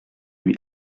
lui